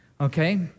okay